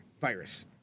virus